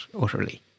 utterly